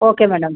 okay madam